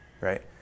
right